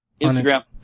Instagram